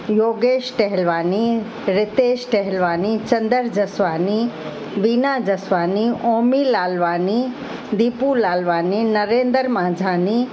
Yogesh Tahalwani Ritesh Tahalwani Chander Jaswani Bina Jaswani Omi Lalwani Deepu Lalwani Narendra Majhani